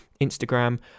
Instagram